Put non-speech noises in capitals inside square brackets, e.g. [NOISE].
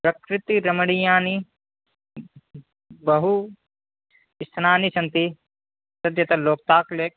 प्रकृतिरमणीयानि बहु [UNINTELLIGIBLE] स्थानानि सन्ति तद्यथा लोकताक् लेक्